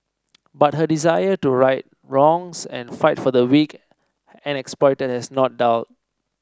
but her desire to right wrongs and fight for the weak and exploited has not dulled